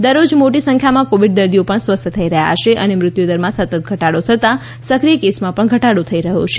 દરરોજ મોટી સંખ્યામાં કોવિડ દર્દીઓ સ્વસ્થ થઈ રહ્યા છે અને મૃત્યુદરમાં સતત ઘટાડો થતાં સક્રિય કેસમાં પણ ઘટાડો થઈ રહ્યો છે